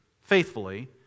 faithfully